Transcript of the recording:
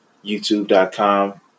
YouTube.com